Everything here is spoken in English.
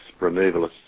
removalists